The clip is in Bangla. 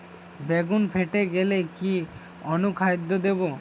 বেগুন ফেটে গেলে কি অনুখাদ্য দেবো?